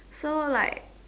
so like